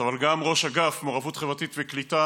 אבל גם ראש אגף מעורבות חברתית וקליטה,